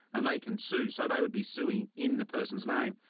and they can sue. so they would be suing in the person's name.